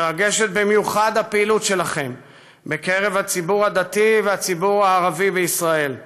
מרגשת במיוחד הפעילות שלכם בקרב הציבור הדתי והציבור הערבי בישראל.